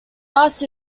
asked